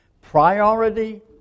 Priority